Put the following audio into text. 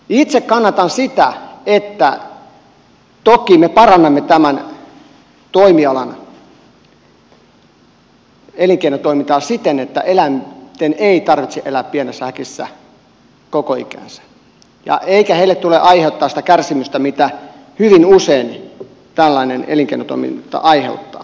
itse kannatan sitä että toki me parannamme tämän toimialan elinkeinotoimintaa siten että eläinten ei tarvitse elää pienessä häkissä koko ikäänsä eikä niille tule aiheuttaa sitä kärsimystä mitä hyvin usein tällainen elinkeinotoiminta aiheuttaa